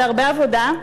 זה עבודה,